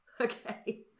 Okay